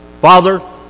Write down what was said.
Father